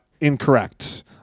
incorrect